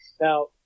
Now